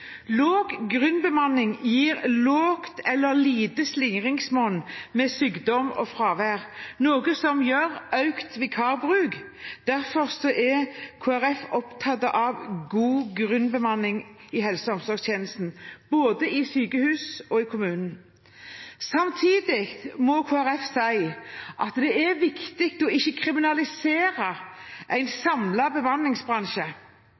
lite slingringsmonn ved sykdom og fravær, noe som gir økt vikarbruk. Derfor er Kristelig Folkeparti opptatt av god grunnbemanning i helse- og omsorgstjenesten, både i sykehusene og i kommunene. Samtidig må Kristelig Folkeparti si at det er viktig ikke å kriminalisere en